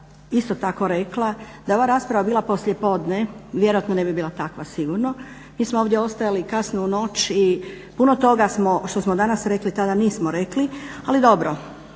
isto tako rekla da je ova rasprava bila poslije podne vjerojatno ne bi bila takva sigurno. Mi smo ovdje ostajali kasno u noć i puno toga smo što smo danas rekli tada nismo rekli, ali dobro.